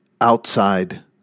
outside